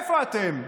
איפה אתם?